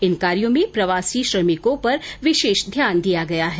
इन कार्यो में प्रवासी श्रमिकों पर विशेष ध्यान दिया गया है